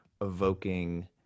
evoking